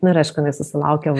nu ir aišku jinai susilaukė